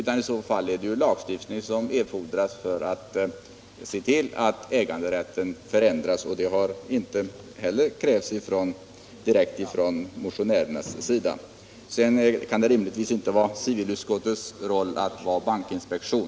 För att äganderätten skall ändras erfordras en lagstiftning, och det har inte direkt krävts av motionärerna. Slutligen kan det rimligtvis inte vara civilutskottets uppgift att fungera som bankinspektion.